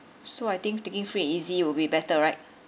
so I think taking free and easy will be better right